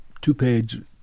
two-page